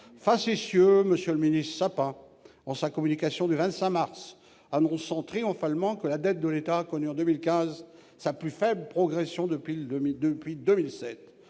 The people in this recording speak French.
Facétieux, M. le ministre Sapin, dans sa communication du 25 mars dernier, annonçait triomphalement que « la dette de l'État a connu en 2015 sa plus faible progression depuis 2007